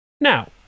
now